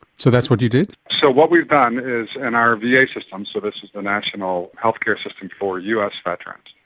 so that's what you did? so what we've done is in our va yeah system, so this is the national healthcare system for us veterans,